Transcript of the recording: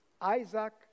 Isaac